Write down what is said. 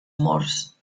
morts